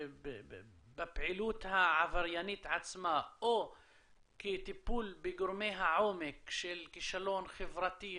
בפעילות העבריינית עצמה או כטיפול בגורמי העומק של כישלון חברתי,